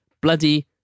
bloody